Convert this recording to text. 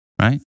Right